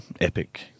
epic